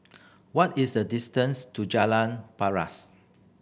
what is the distance to Jalan Paras